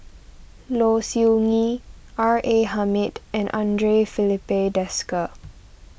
Low Siew Nghee R A Hamid and andre Filipe Desker